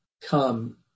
come